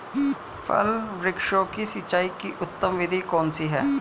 फल वृक्षों की सिंचाई की उत्तम विधि कौन सी है?